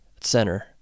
center